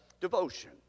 devotion